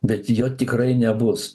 bet jo tikrai nebus